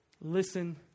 Listen